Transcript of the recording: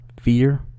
fear